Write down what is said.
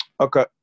okay